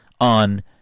on